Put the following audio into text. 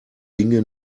dinge